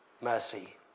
Mercy